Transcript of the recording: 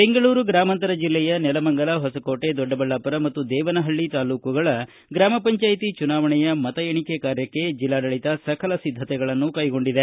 ಬೆಂಗಳೂರು ಗ್ರಾಮಾಂತರ ಜಿಲ್ಲೆಯ ನೆಲಮಂಗಲ ಹೊಸಕೋಟೆ ದೊಡ್ಡಬಳ್ಳಾಪುರ ಮತ್ತು ದೇವನಹಳ್ಳ ತಾಲ್ಲೂಕುಗಳ ಗ್ರಾಮ ಪಂಚಾಯಿತಿ ಚುನಾವಣೆಯ ಮತ ಎಣಿಕೆ ಕಾರ್ಟಕ್ಕೆ ಜಿಲ್ಲಾಡಳಿತ ಸಕಲ ಸಿದ್ದತೆಗಳನ್ನು ಕೈಗೊಂಡಿದೆ